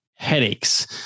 Headaches